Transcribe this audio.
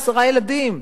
עשרה ילדים.